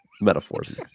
metaphors